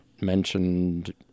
mentioned